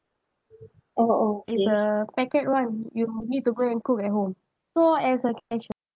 oh oh it's a packet [one] you need to go and cook at home so as a cashier